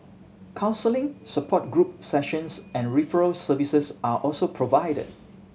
counselling support group sessions and referral services are also provided